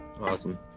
awesome